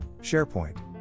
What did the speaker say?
SharePoint